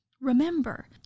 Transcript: Remember